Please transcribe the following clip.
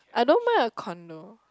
I don't mind a condo